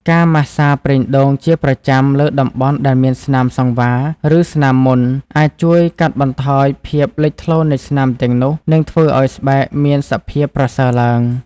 ការម៉ាស្សាប្រេងដូងជាប្រចាំលើតំបន់ដែលមានស្នាមសង្វារ ឬស្នាមមុន អាចជួយកាត់បន្ថយភាពលេចធ្លោនៃស្នាមទាំងនោះ នឹងធ្វើឲ្យស្បែកមានសភាពប្រសើរឡើង។